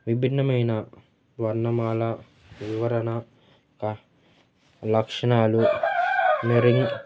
విభిన్నమైన వర్ణమాల వివరణ క లక్షణాలు మెరిన్